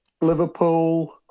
Liverpool